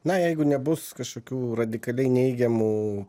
na jeigu nebus kažkokių radikaliai neigiamų